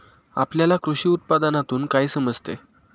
आपल्याला कृषी उत्पादनातून काय समजते?